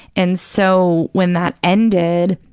and so, when that ended,